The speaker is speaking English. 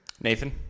Nathan